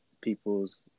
people's